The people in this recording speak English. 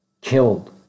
killed